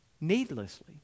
needlessly